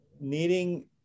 needing